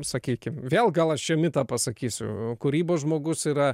sakykim vėl gal aš čia mitą pasakysiu kūrybos žmogus yra